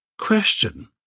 Question